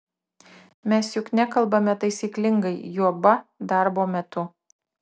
mes juk nekalbame taisyklingai juoba darbo metu